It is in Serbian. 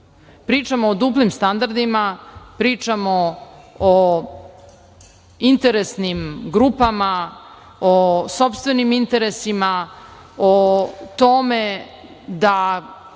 Pričamo o duplim standardima, pričamo o interesnim grupama, o sopstvenim interesima, o tome da